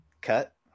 Cut